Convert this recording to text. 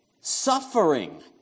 Suffering